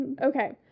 okay